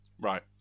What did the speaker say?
Right